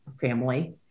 family